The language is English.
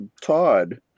Todd